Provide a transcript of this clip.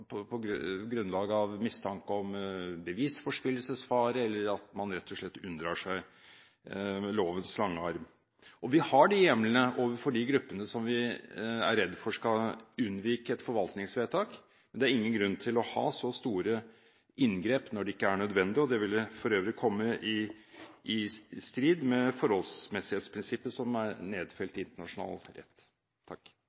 folks bevegelsesfrihet på grunnlag av mistanke om bevisforspillelsesfare, eller for å hindre at man rett og slett unndrar seg lovens lange arm. Vi har de hjemlene overfor de gruppene vi er redd skal unnvike et forvaltningsvedtak. Det er ingen grunn til å ha så store inngrep når det ikke er nødvendig. Det ville for øvrig være i strid med forholdsmessighetsprinsippet, som er nedfelt